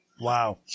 Wow